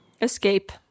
Escape